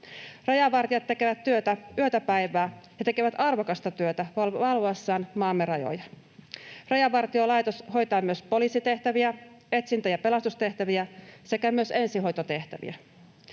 Rajavartijat tekevät työtä yötä päivää, he tekevät arvokasta työtä valvoessaan maamme rajoja. Rajavartiolaitos hoitaa myös poliisitehtäviä, etsintä- ja pelastustehtäviä sekä myös ensihoitotehtäviä.